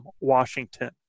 Washington